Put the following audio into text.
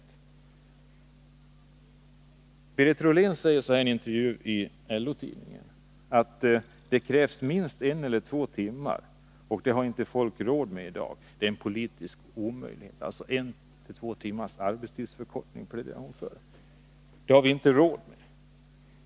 Berit Rollén säger i en intervju i LO-tidningen att det krävs minst en eller två timmars förkortning, och det har folk inte råd med i dag, det är en politisk omöjlighet. Hon pläderar alltså för en eller två timmars arbetstidsförkortning men säger att det har vi inte råd med.